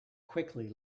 quickly